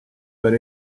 but